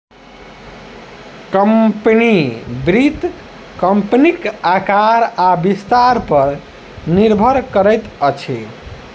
company, वित्त कम्पनीक आकार आ विस्तार पर निर्भर करैत अछि